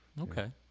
Okay